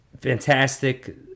fantastic